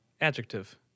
Adjective